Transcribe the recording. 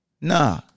Nah